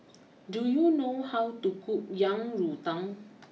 do you know how to cook Yang Rou Tang